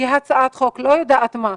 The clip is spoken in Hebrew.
הצעת חוק או כל יוזמה אחרת,